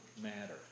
matter